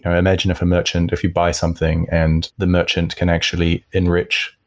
and imagine if a merchant, if you buy something and the merchant can actually enrich,